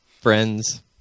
friends